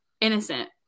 Innocent